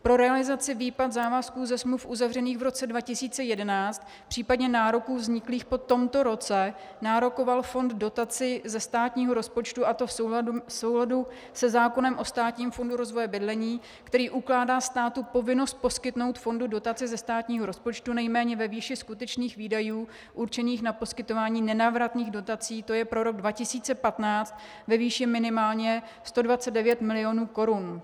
Pro realizaci výplat závazků ze smluv uzavřených v roce 2011, případně nároků vzniklých po tomto roce, nárokoval fond dotaci ze státního rozpočtu, a to v souladu se zákonem o Státním fondu rozvoje bydlení, který ukládá státu povinnost poskytnout fondu dotace ze státního rozpočtu nejméně ve výši skutečných výdajů určených na poskytování nenávratných dotací, to je pro rok 2015 ve výši minimálně 129 mil. korun.